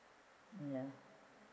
ya